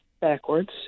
backwards